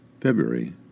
February